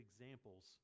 examples